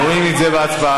רואים את זה בהצבעה.